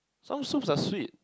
some soups are sweet